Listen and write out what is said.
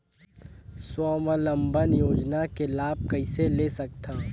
स्वावलंबन योजना के लाभ कइसे ले सकथव?